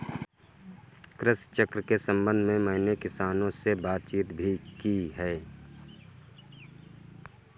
कृषि चक्र के संबंध में मैंने किसानों से बातचीत भी की है